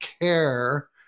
care